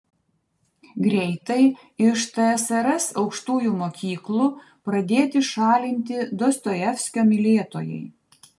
greitai iš tsrs aukštųjų mokyklų pradėti šalinti dostojevskio mylėtojai